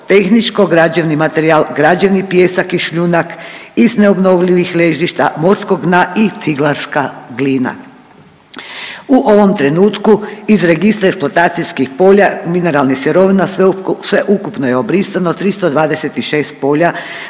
tehničko-građevni materijal, građevni pijesak i šljunak iz neobnovljivih ležišta morskog dna i ciglarska glina. U ovom trenutku iz Registra eksploatacijskih polja mineralnih sirovina sveukupno je obrisano 326 polja